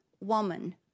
woman